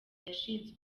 yashize